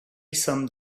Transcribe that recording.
some